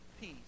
peace